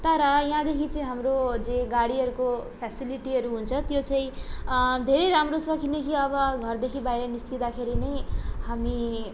तर यहाँदेखि चाहिँ हाम्रो जे गाडीहरूको फेसिलिटीहरू हुन्छ त्यो चाहिँ धेरै राम्रो छ किनकि अब घरदेखि बाहिर निस्किँदाखेरि नै हामी